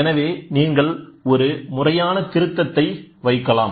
எனவே நீங்கள் ஒரு முறையான திருத்தத்தை வைக்கலாம்